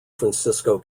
francisco